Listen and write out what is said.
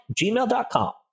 gmail.com